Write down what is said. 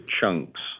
chunks